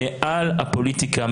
מעל הפוליטיקה,